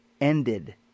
ended